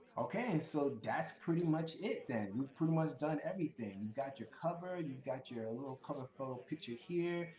okay, and so that's pretty much it, then. we've pretty much done everything. you got your cover, you've got your ah little cover photo picture here,